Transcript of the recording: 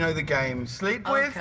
so the game sleep with,